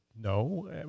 No